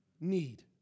need